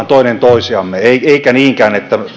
toinen toisiamme eikä niinkään sitä että